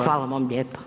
Hvala vam lijepo.